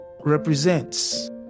represents